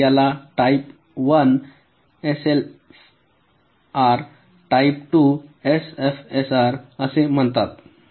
तर याला type 1 LFSR type 2 LFSR असे म्हणतात